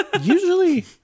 Usually